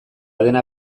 dena